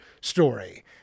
story